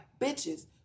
bitches